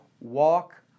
Walk